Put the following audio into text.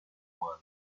one